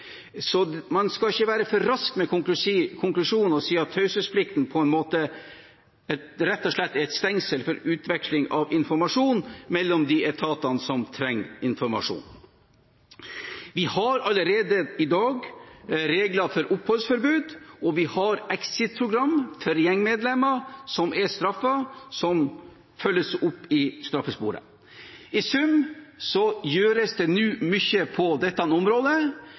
Så man skal ikke være for rask med konklusjonen og si at taushetsplikten rett og slett er et stengsel for utveksling av informasjon mellom de etatene som trenger informasjon. Vi har allerede i dag regler for oppholdsforbud, og vi har exit-programmer for gjengmedlemmer som er straffet, og som følges opp i straffesporet. I sum gjøres det nå mye på dette området.